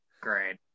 great